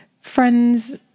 friends